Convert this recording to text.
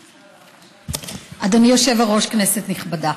אדוני היושב-ראש, כנסת נכבדה,